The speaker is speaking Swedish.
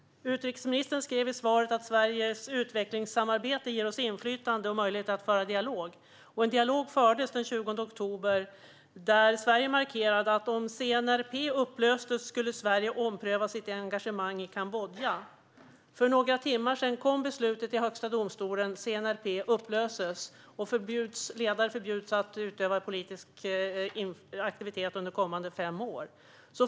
Utrikesministern skrev i sitt svar att Sveriges utvecklingssamarbete ger oss inflytande och möjlighet att föra dialog. En dialog fördes den 20 oktober, då Sverige markerade att om CNRP upplöstes skulle Sverige ompröva sitt engagemang i Kambodja. För några timmar sedan kom beslutet från högsta domstolen: CNRP upplöses och dess ledare förbjuds att utöva politisk aktivitet under de kommande fem åren.